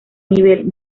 nivel